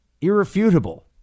irrefutable